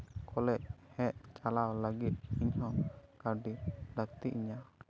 college ᱦᱮᱡ ᱪᱟᱞᱟᱣ ᱞᱟᱹᱜᱤᱫ ᱤᱧ ᱦᱚᱸ ᱠᱟᱹᱣᱰᱤ ᱞᱟᱹᱠᱛᱤᱭᱤᱧᱟ